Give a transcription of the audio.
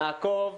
נעקוב.